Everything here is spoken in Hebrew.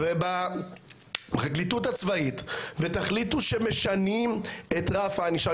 ובפרקליטות הצבאית ותחליטו שמשנים את רף הענישה.